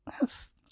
Yes